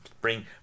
bring